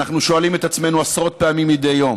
אנו שואלים את עצמנו עשרות פעמים מדי יום: